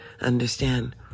understand